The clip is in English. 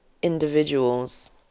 individuals